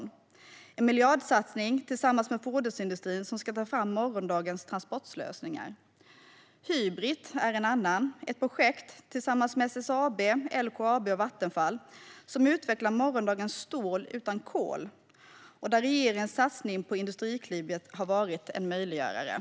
Det är en miljardsatsning tillsammans med fordonsindustrin, där man ska ta fram morgondagens transportlösningar. Hybrit är ett annat exempel. Det är ett projekt där SSAB, LKAB och Vattenfall utvecklar morgondagens stål utan kol. Där har regeringens satsning på Industriklivet varit en möjliggörare.